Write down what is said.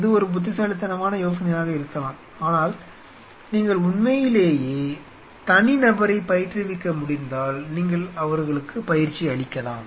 இது ஒரு புத்திசாலித்தனமான யோசனையாக இருக்கலாம் ஆனால் நீங்கள் உண்மையிலேயே தனிநபரை பயிற்றுவிக்க முடிந்தால் நீங்கள் அவர்களுக்கு பயிற்சி அளிக்கலாம்